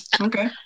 okay